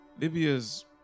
Libya's